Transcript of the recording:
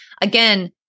again